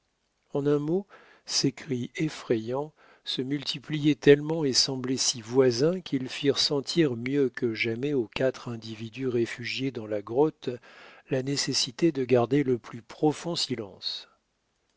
en un mot ces cris effrayants se multipliaient tellement et semblaient si voisins qu'ils firent sentir mieux que jamais aux quatre individus réfugiés dans la grotte la nécessité de garder le plus profond silence